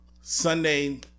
Sunday